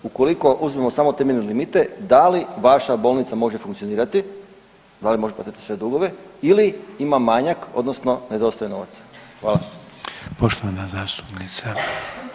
Ukoliko uzmemo samo temeljne limite da li vaša bolnica može funkcionirati, a li može platiti sve dugove ili imam manjak, odnosno nedostaje novaca.